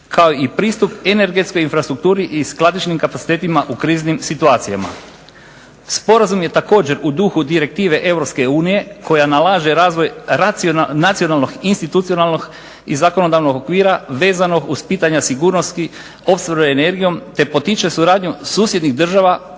kao i pristup energetskoj infrastrukturi i skladišnim kapacitetima u kriznim situacijama. Sporazum je također u duhu Direktive Europske unije koja nalaže razvoj nacionalnog institucionalnog i zakonodavnog okvira vezanog uz pitanja sigurnosti opskrbe energijom, te potiče suradnju susjednih država